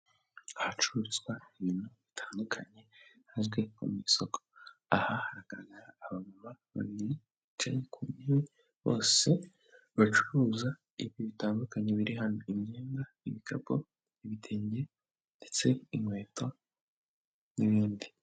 Ahacuruzwa ibintu bitandukanye bizwi nko mu isoko, aha hagaragara abantu babiri bicaye ku ntebe bose bacuruza ibi bitandukanye biri hano, imyenda, ibikapu, ibitenge ndetse inkweto n'ibindi.